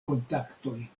kontaktoj